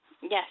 Yes